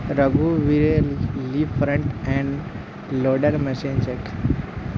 रघुवीरेल ली front end loader machine छेक